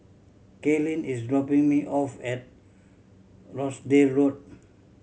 Kaylene is dropping me off at Rochdale Road